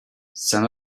some